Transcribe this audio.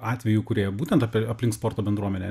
atvejų kurie būtent apie aplink sporto bendruomenę